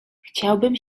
chciałbym